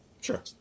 Sure